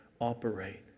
operate